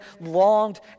longed